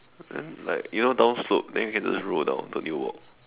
then like you know down slope then you can just roll down don't need to walk